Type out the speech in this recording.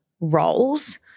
roles